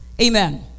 Amen